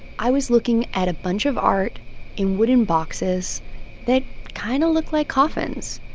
i was looking at a bunch of art in wooden boxes that kind of looked like coffins.